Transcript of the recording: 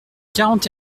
quarante